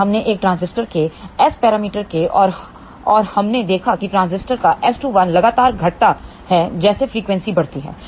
फिर हमने एक ट्रांजिस्टर के एस पैरामीटर कोऔर हमने देखा कि ट्रांजिस्टर का S21 लगातार घटता है जैसे फ्रीक्वेंसी बढ़ती रहती है